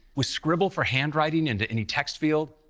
with scribble for handwriting into any text field,